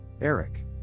Eric